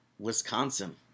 Wisconsin